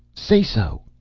say so!